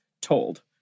told